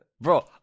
bro